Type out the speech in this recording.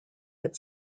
that